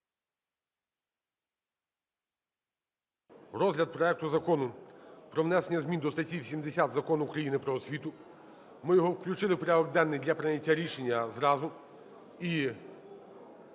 розгляд проекту Закону про внесення змін до статті 80 Закону України "Про освіту". Ми його включили в порядок денний для прийняття рішення зразу і